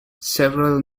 several